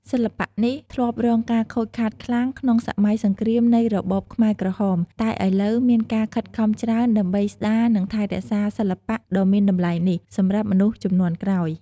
សិល្បៈនេះធ្លាប់រងការខូចខាតខ្លាំងក្នុងសម័យសង្គ្រាមនៃរបបខ្មែរក្រហម តែឥឡូវ មានការខិតខំច្រើនដើម្បីស្ដារនិងថែរក្សាសិល្បៈដ៏មានតម្លៃនេះ សម្រាប់មនុស្សជំនាន់ក្រោយ។